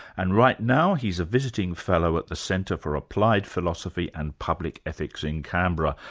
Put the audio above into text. and right now he's a visiting fellow at the centre for applied philosophy and public ethics in canberra.